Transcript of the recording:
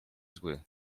zły